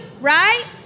right